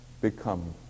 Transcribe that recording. become